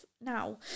now